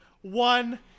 one